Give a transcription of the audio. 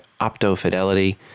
OptoFidelity